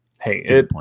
hey